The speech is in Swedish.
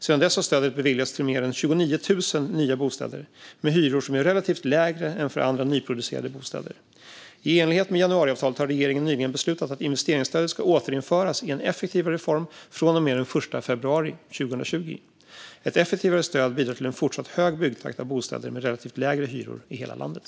Sedan dess har stödet beviljats till mer än 29 000 nya bostäder med hyror som är relativt lägre än för andra nyproducerade bostäder. I enlighet med januariavtalet har regeringen nyligen beslutat att investeringsstödet ska återinföras i en effektivare form från och med den 1 februari 2020. Ett effektivare stöd bidrar till en fortsatt hög byggtakt när det gäller bostäder med relativt lägre hyror i hela landet.